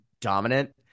dominant